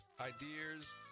ideas